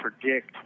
predict